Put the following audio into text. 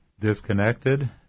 disconnected